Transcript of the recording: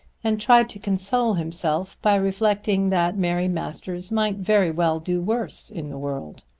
and tried to console himself by reflecting that mary masters might very well do worse in the world.